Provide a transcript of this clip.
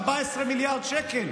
14 מיליארד שקל,